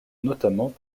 notamment